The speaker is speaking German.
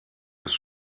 ist